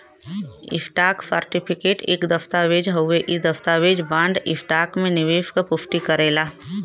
stock certificate एक दस्तावेज़ हउवे इ दस्तावेज बॉन्ड, स्टॉक में निवेश क पुष्टि करेला